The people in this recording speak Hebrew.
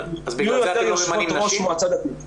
אז יהיו יותר יושבות ראש מועצה דתית.